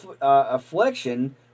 affliction